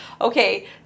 okay